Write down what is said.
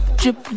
drip